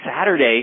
Saturday